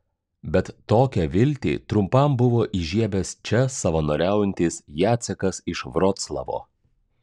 bet tokią viltį trumpam buvo įžiebęs čia savanoriaujantis jacekas iš vroclavo